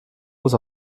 muss